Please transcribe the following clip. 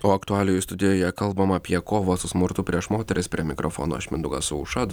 o aktualijų studijoje kalbam apie kovą su smurtu prieš moteris prie mikrofono aš mindaugas aušra